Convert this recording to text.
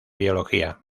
biología